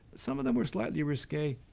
some of them were slightly risque.